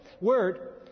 word